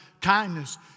kindness